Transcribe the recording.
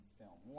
film